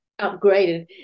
upgraded